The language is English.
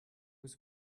was